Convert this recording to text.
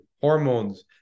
hormones